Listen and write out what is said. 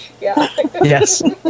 Yes